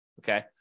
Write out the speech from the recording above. okay